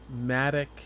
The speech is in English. matic